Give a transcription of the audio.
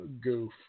goof